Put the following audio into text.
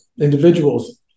individuals